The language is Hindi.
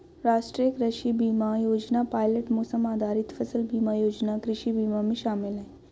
राष्ट्रीय कृषि बीमा योजना पायलट मौसम आधारित फसल बीमा योजना कृषि बीमा में शामिल है